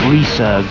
Lisa